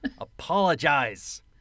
Apologize